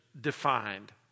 defined